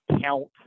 count